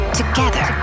together